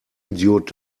idiot